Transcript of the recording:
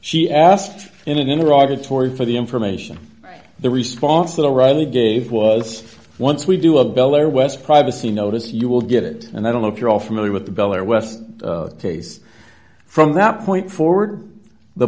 she asked in an inner auditory for the information the response that i already gave was once we do a bell or west privacy notice you will get it and i don't know if you're all familiar with the bell or west case from that point forward the